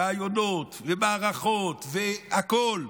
רעיונות ומערכות והכול,